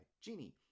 Genie